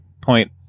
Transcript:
point